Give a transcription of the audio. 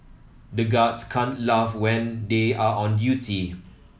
the guards can't laugh when they are on duty